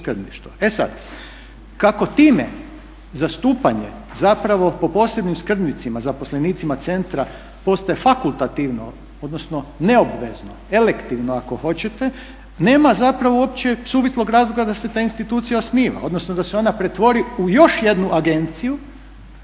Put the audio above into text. E sad, kako time zastupanje zapravo po posebnim skrbnicima zaposlenicima centra postaje fakultativno odnosno neobvezno, elektivno ako hoćete nema zapravo opće suvislog razloga da se ta institucija osniva, odnosno da se ona pretvori u još jednu agenciju,